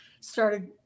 started